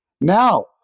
Now